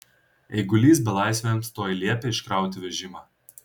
eigulys belaisviams tuoj liepė iškrauti vežimą